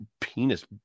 penis